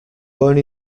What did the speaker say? only